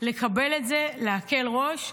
לקבל את זה, להקל ראש.